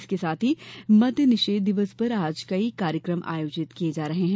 इसके साथ ही मद्य निषेध दिवस पर आज कई कार्यक्रम आयोजित किये जा रहे हैं